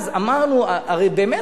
אז אמרנו: הרי באמת,